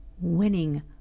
winning